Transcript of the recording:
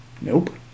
Nope